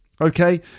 okay